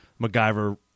MacGyver